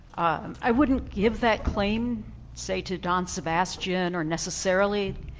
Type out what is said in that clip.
um i wouldn't give that claim say to don sebastian or necessarily